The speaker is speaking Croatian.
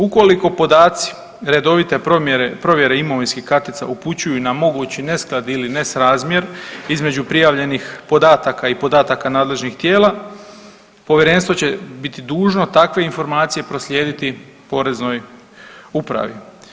Ukoliko podaci redovite provjere imovinskih kartica upućuju na mogući nesklad ili nesrazmjer između prijavljenih podataka i podataka nadležnih tijela, Povjerenstvo će biti dužno takve informacije proslijediti Poreznoj upravi.